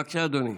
בבקשה, אדוני,